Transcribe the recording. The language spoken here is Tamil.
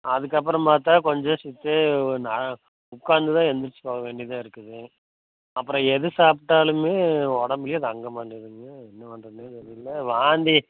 அதுக்கப்புறம் பார்த்தா கொஞ்சம் செத்த நான் உட்காந்து தான் எழுந்திரிச்சு போக வேண்டியதாக இருக்குது அப்புறம் எது சாப்பிட்டாலுமே உடம்புலியே தங்க மாட்டேங்கிறது என்ன பண்ணுறதுன்னே தெரியல வாந்தி